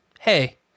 Hey